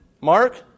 Mark